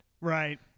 Right